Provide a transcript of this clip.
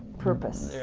purpose.